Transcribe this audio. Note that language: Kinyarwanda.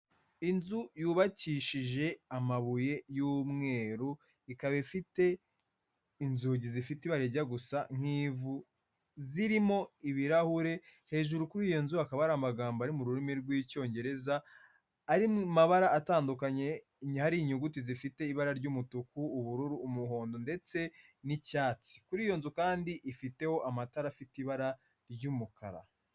Inzu yubakishije amabuye y'umweru, ikaba ifite inzugi zifite ibara rijya gusa nk'ivu zirimo ibirahure, hejuru kuri iyo nzu hakaba hari amagambo ari mu rurimi rw'Icyongereza ari mu mabara atandukanye, hari inyuguti zifite ibara ry'umutuku, ubururu, umuhondo, ndetse n'icyatsi, kuri iyo nzu kandi ifiteho amatara afite ibara ry'umukara.